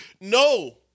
No